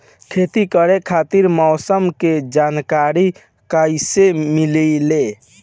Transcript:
खेती करे खातिर मौसम के जानकारी कहाँसे मिलेला?